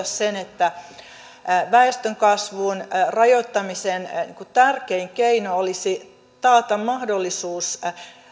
sen että väestönkasvun rajoittamisen tärkein keino olisi taata mahdollisuus